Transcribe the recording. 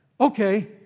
Okay